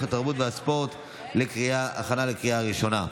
התרבות והספורט להכנה לקריאה ראשונה.